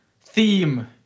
Theme